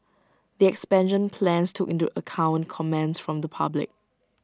the expansion plans took into account comments from the public